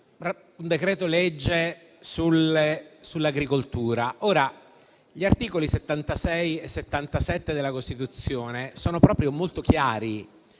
un decreto-legge sull'agricoltura. Ora, gli articoli 76 e 77 della Costituzione sono proprio molto chiari